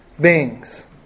beings